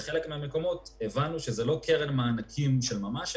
בחלק מהמקומות הבנו שזה לא קרן מענקים של ממש,